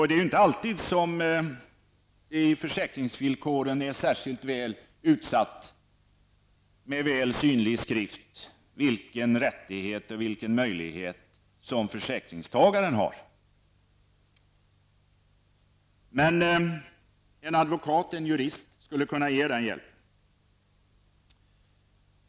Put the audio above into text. Det är ju inte alltid som det i försäkringsvillkoren är särskilt väl utsatt, med väl synlig skrift, vilken rättighet och möjlighet som försäkringstagaren har. Här skulle en jurist kunna vara till hjälp.